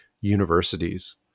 universities